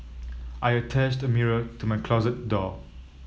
I attached a mirror to my closet door